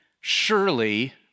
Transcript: Surely